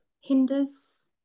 hinders